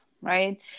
right